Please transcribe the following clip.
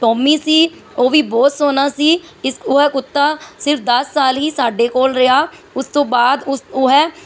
Tommy ਸੀ ਉਹ ਵੀ ਬਹੁਤ ਸੋਹਣਾ ਸੀ ਇਸ ਉਹ ਕੁੱਤਾ ਸਿਰਫ ਦਸ ਸਾਲ ਹੀ ਸਾਡੇ ਕੋਲ ਰਿਹਾ ਉਸ ਤੋਂ ਬਾਅਦ ਉਸ ਉਹ ਹੈ